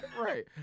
Right